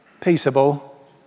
peaceable